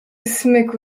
smyku